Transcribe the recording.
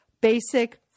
basic